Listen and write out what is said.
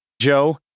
Joe